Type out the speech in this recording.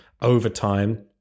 overtime